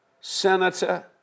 senator